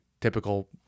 typical